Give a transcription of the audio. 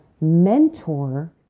mentor